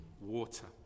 water